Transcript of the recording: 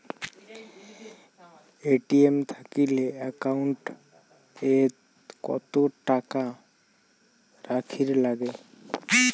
ATM থাকিলে account ওত কত টাকা রাখীর নাগে?